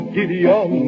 Gideon